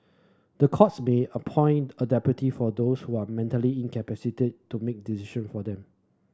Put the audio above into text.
the courts be appoint a deputy for those who are mentally incapacitated to make decision for them